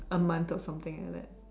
A month or something like that